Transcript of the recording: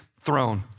throne